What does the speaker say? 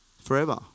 Forever